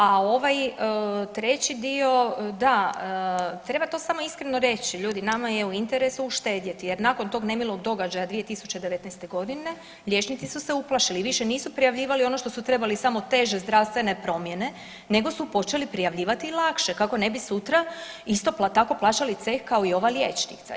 A ovaj treći dio, da treba to samo iskreno reći, ljudi nama je u interesu uštedjeti jer nakon tog nemilog događaja 2019.g. liječnici su se uplašili i više nisu prijavljivali ono što su trebali samo teže zdravstvene promjene nego su počeli prijavljivati i lakše kako ne bi sutra isto tako plaćali ceh kao i ova liječnica.